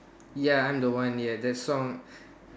ya I'm the one yeah that song